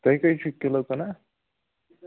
تُہۍ کٔہۍ چھو کِلوٗ کٕنان